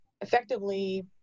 effectively